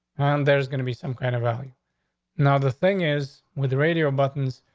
there's gonna be some kind of value now. the thing is, with the radio buttons,